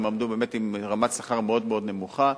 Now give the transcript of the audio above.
הם עמדו באמת עם רמת שכר מאוד-מאוד נמוכה,